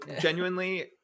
genuinely